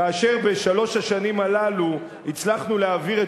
כאשר בשלוש השנים הללו הצלחנו להעביר את